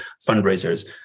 fundraisers